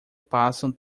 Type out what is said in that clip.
passam